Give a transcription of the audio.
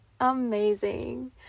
amazing